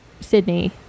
Sydney